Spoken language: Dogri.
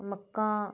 मक्कां